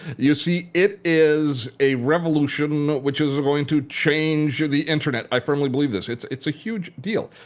you see it is a revolution which is going to change the internet. i firmly believe this. it's it's a huge deal.